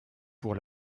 pour